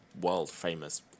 world-famous